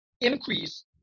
increase